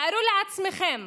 תארו לעצמכם